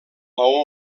maó